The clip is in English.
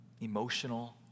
Emotional